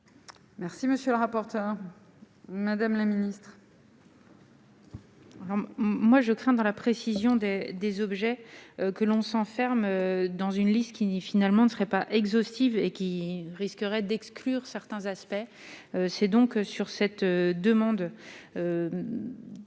Merci, monsieur le rapporteur, Madame la Ministre.